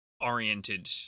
oriented